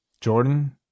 Jordan